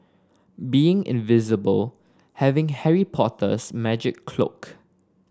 being invisible having Harry Potter's magic cloak